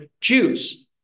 Jews